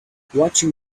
watching